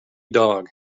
dog